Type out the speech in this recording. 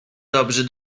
dobrzy